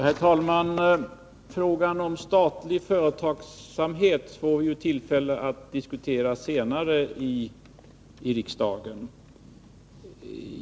Herr talman! Frågan om statlig företagsamhet får vi tillfälle att diskutera senare här i riksdagen.